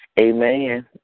Amen